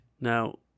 Now